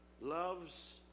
loves